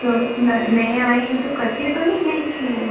तो नये आएँ हैं तो कच्चे तो नहीं हैं कि